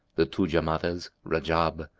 the two jamadas, rajab,